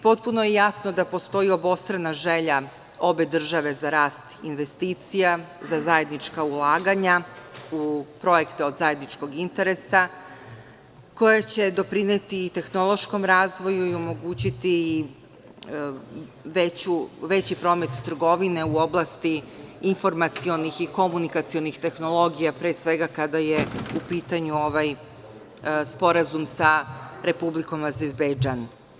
Potpuno je jasno da postoji obostrana želja obe države za rast investicija, za zajednička ulaganja u projekte od zajedničkog interesa koje će doprineti i tehnološkom razvoju i omogućiti i veći promet trgovine u oblasti informacionih i komunikacionih tehnologija, pre svega kada je u pitanju sporazum sa Republikom Azerbejdžan.